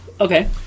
Okay